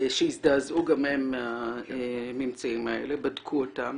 שהזדעזעו גם הם מהממצאים האלה, בדקו אותם